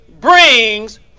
brings